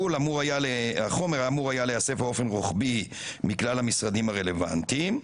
החומר היה אמור להיאסף באופן רחבי מכלל המשרדים הרלוונטיים.